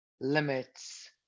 limits